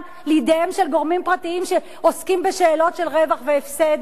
לידיהם של גורמים פרטיים שעוסקים בשאלות של רווח והפסד,